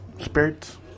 spirits